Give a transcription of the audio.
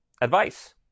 advice